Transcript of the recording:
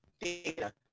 data